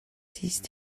these